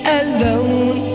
alone